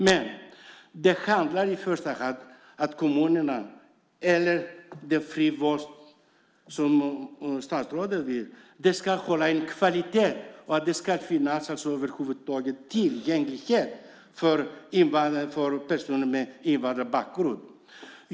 Men det handlar i första hand om att det fria valet, som statsrådet vill införa, ska hålla hög kvalitet och att det ska finnas tillgänglighet för personer med invandrarbakgrund.